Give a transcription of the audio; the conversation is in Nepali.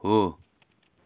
हो